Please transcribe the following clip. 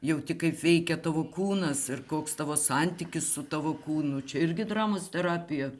jauti kaip veikia tavo kūnas ir koks tavo santykis su tavo kūnu čia irgi dramos terapija